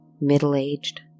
middle-aged